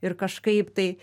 ir kažkaip tai